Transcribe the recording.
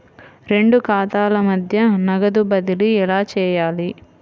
రెండు ఖాతాల మధ్య నగదు బదిలీ ఎలా చేయాలి?